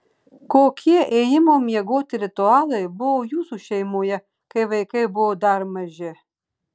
kokie ėjimo miegoti ritualai buvo jūsų šeimoje kai vaikai buvo dar maži